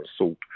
assault